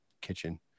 kitchen